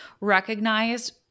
recognized